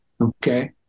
okay